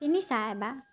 পিন্ধি চা এবাৰ